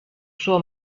suo